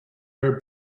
her